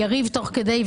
יריב תוך כדי,